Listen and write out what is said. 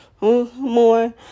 more